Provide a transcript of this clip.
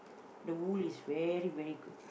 the wool is very very good